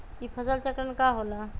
ई फसल चक्रण का होला?